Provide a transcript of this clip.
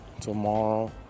tomorrow